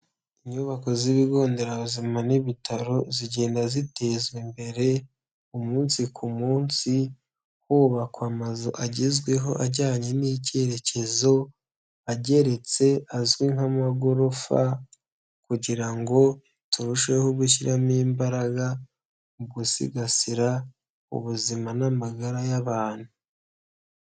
Inyubako z'ibigo nderabuzima n'ibitaro zigenda zitezwa imbere umunsi ku munsi hubakwa amazu agezweho ajyanye n'icyerekezo, ageretse azwi nk'amagorofa kugira ngo turusheho gushyiramo imbaraga mu gusigasira ubuzima n'amagara y'abantu.